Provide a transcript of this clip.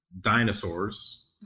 dinosaurs